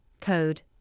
code